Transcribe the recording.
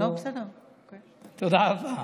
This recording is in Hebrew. תודה רבה.